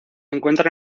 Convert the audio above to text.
encuentra